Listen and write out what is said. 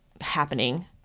happening